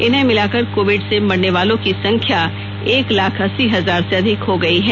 इन्हें मिलाकर कोविड से मरने वालों की संख्या एक लाख अस्सी हजार से अधिक हो गई हैं